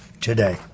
today